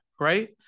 right